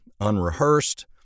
unrehearsed